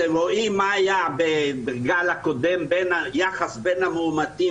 אתם רואים מה היה בגל הקודם ביחס בין המאומתים